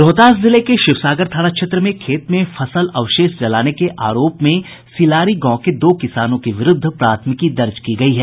रोहतास जिले के शिवसागर थाना क्षेत्र में खेत में फसल अवशेष जलाने के आरोप में सीलारी गांव के दो किसानों के विरूद्ध प्राथमिकी दर्ज की गयी है